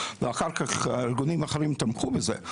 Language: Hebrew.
ואחר-כך ארגונים אחרים תמכו בזה.